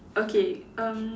okay erm